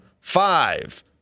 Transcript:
five